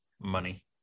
Money